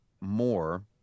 more